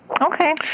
Okay